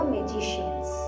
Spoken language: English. Magicians